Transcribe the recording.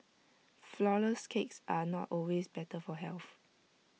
Flourless Cakes are not always better for health